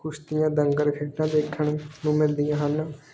ਕੁਸ਼ਤੀਆਂ ਦੰਗਲ ਖੇਡਾਂ ਦੇਖਣ ਨੂੰ ਮਿਲਦੀਆਂ ਹਨ